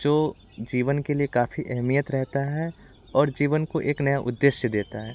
जो जीवन के लिए काफ़ी अहमियत रहता है और जीवन को एक नया उद्देश्य देता है